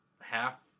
half